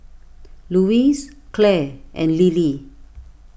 Louise Clare and Lillie